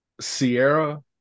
Sierra